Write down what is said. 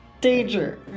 Danger